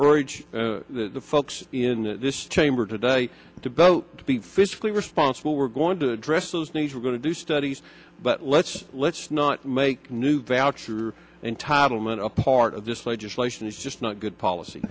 orange the folks in this chamber today to vote to be fiscally responsible we're going to address those needs we're going to do studies but let's let's not make new value your entitlement a part of this legislation is just not good policy